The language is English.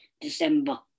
December